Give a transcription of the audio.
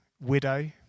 widow